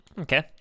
Okay